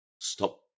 Stop